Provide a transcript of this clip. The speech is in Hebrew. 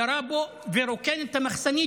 ירה בו ורוקן את המחסנית,